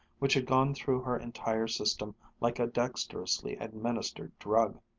which had gone through her entire system like a dexterously administered drug.